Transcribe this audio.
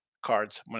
Cards